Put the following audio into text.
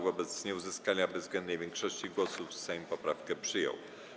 Wobec nieuzyskania bezwzględnej większości głosów Sejm poprawkę przyjął.